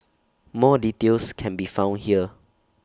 more details can be found here